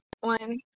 one